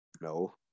no